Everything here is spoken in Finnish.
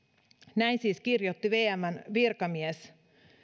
näin siis kirjoitti vmn virkamies